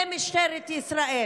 זה משטרת ישראל.